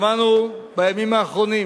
שמענו בימים האחרונים